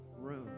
room